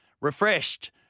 refreshed